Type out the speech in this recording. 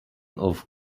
off